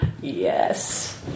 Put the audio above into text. Yes